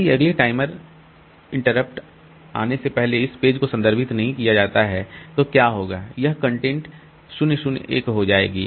यदि अगले timer interrupt आने से पहले इस पेज को संदर्भित नहीं किया जाता है तो क्या होगा यह कंटेंट 0 0 1 हो जाएगी